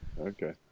Okay